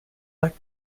like